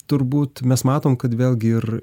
turbūt mes matom kad vėlgi ir